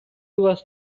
was